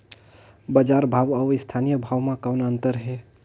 बजार भाव अउ स्थानीय भाव म कौन अन्तर हे?